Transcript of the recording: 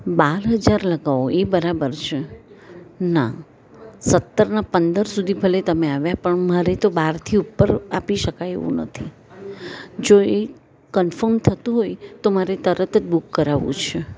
બાર હજાર લગાવો ઇ બરાબર છે ના સત્તરના પંદર સુધી ભલે તમે આવ્યા પણ મારે તો બારથી ઉપર આપી શકાય એવું નથી જો એ કન્ફર્મ થતું હોય તો મારે તરત બુક કરાવવું છે